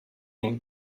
him